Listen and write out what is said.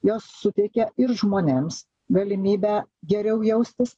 jos suteikia ir žmonėms galimybę geriau jaustis